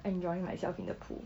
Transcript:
enjoying myself in the pool